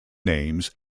names